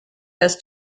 has